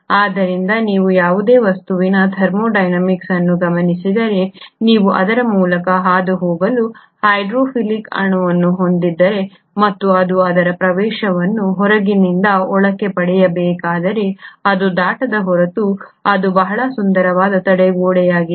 ಆದ್ದರಿಂದ ನೀವು ಯಾವುದೇ ವಸ್ತುವಿನ ಥರ್ಮೋಡೈನಾಮಿಕ್ಸ್ ಅನ್ನು ಗಮನಿಸಿದರೆ ನೀವು ಅದರ ಮೂಲಕ ಹಾದುಹೋಗಲು ಹೈಡ್ರೋಫಿಲಿಕ್ ಅಣುವನ್ನು ಹೊಂದಿದ್ದರೆ ಮತ್ತು ಅದು ಅದರ ಪ್ರವೇಶವನ್ನು ಹೊರಗಿನಿಂದ ಒಳಕ್ಕೆ ಪಡೆಯಬೇಕಾದರೆ ಅದು ದಾಟದ ಹೊರತು ಅದು ಬಹಳ ಸುಂದರವಾದ ತಡೆಗೋಡೆಯಾಗಿದೆ